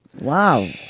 Wow